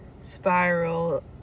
spiral